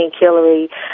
Hillary –